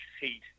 heat